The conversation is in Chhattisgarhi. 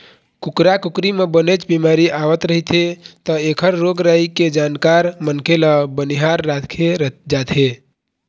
कुकरा कुकरी म बनेच बिमारी आवत रहिथे त एखर रोग राई के जानकार मनखे ल बनिहार राखे जाथे